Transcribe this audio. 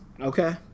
Okay